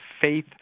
faith